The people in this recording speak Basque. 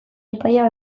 epaia